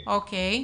או.קיי.